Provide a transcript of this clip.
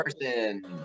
person